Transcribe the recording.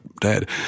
dad